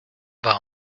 vingt